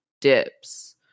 dips